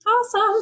Awesome